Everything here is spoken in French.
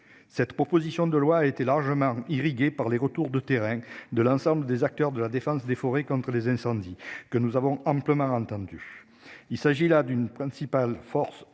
Cette proposition de loi a été largement irrigué par les retours de terrain de l'ensemble des acteurs de la défense des forêts contre les incendies, que nous avons amplement entendu. Il s'agit là d'une principale force ne